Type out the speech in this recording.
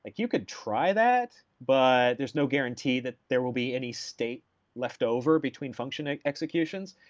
like you could try that but there's no guarantee that there will be any state left over between function and executions.